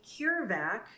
CureVac